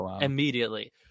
immediately